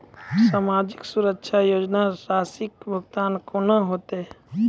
समाजिक सुरक्षा योजना राशिक भुगतान कूना हेतै?